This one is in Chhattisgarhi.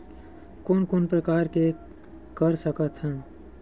कोन कोन प्रकार के कर सकथ हन?